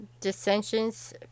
dissensions